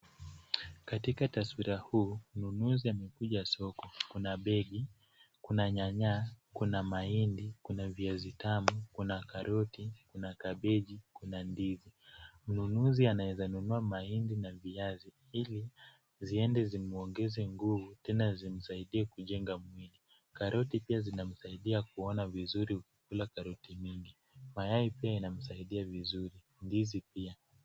Katika taswira huu, mnunuzi amekuja soko, kuna begi, kuna nyanya, kuna mahindi, kuna viazi tamu, kuna karoti, kuna kabeji, kuna ndizi. Mnunuzi anaweza nunua mahindi na viazi ili ziende zimwongeze nguvu, tena zimsaidie kujenga mwili. Karoti pia inamsaidia kuona vizuri, ukikula karoti mingi, mayai pia inamsaidia vizuri, ndizi pia.